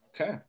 okay